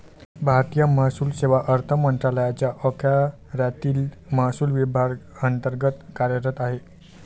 भारतीय महसूल सेवा अर्थ मंत्रालयाच्या अखत्यारीतील महसूल विभागांतर्गत कार्यरत आहे